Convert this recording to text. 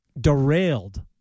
derailed